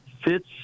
fits